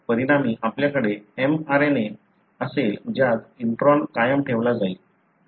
तर परिणामी आपल्याकडे एक mRNA असेल ज्यात इंट्रॉन कायम ठेवला जाईल हटवला जाणार नाही